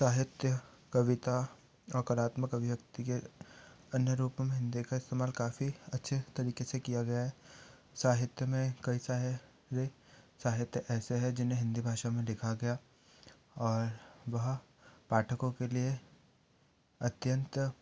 साहित्य कविता नकारात्मक अभिव्यक्ति के अन्य रूप में देखा इस्तेमाल काफी अच्छे तरीके से किया गया है साहित्य में कैसा है ये साहित्य ऐसे है जिन्हे हिन्दी भाषा में लिखा गया और वह पाठकों के लिए अत्यंत